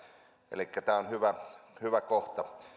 elikkä tämä on hyvä hyvä kohta